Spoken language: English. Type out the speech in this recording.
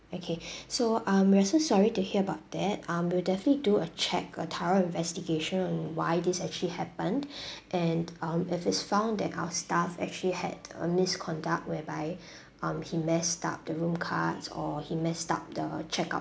okay so um we are so sorry to hear about that um we will definitely do a check a thorough investigation on why this actually happened and um if it's found that our staff actually had a misconduct whereby um he messed up the room cards or he messed up the checkout